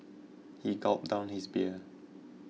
he gulped down his beer